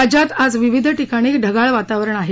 राज्यात आज विविध ठिकाणी ढगाळ वातावरण आहे